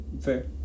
Fair